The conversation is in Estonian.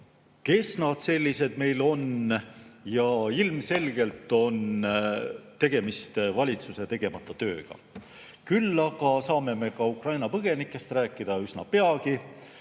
kes nad sellised on. Ilmselgelt on tegemist valitsuse tegemata tööga. Aga me saame Ukraina põgenikest rääkida üsna pea